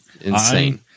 insane